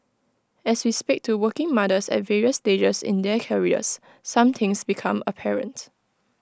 as we speak to working mothers at various stages in their careers some things become apparent